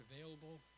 available